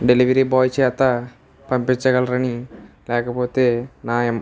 delivery boy చేత పంపించగలరని లేకపోతే నా